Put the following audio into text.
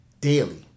daily